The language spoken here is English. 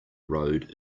road